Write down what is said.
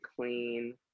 clean